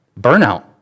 Burnout